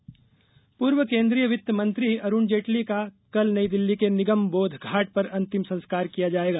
जेटली निधन पूर्व केंद्रीय वित्त मंत्री अरुण जेटली का कल नई दिल्ली के निगम बोध घाट पर अंतिम संस्कार किया जाएगा